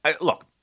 Look